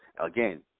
again